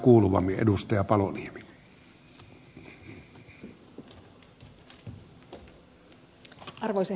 arvoisa herra puhemies